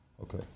Okay